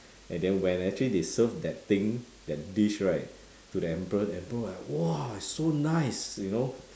and then when actually they serve that thing that dish right to the emperor the emperor was like !wah! so nice you know